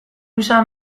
izan